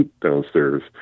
downstairs